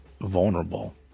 vulnerable